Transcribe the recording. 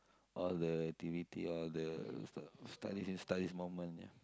all the activity all the stu~ studies and studies moment ya